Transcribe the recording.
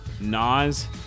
Nas